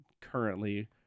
currently